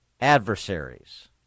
Adversaries